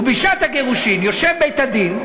ובשעת הגירושין יושב בית-הדין,